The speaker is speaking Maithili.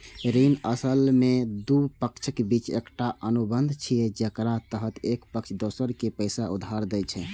ऋण असल मे दू पक्षक बीच एकटा अनुबंध छियै, जेकरा तहत एक पक्ष दोसर कें पैसा उधार दै छै